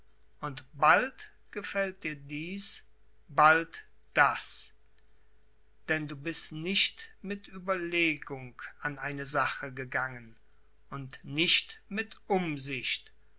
und bald gefällt dir dies bald das denn du bist nicht mit ueberlegung an eine sache gegangen und nicht mit umsicht